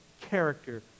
character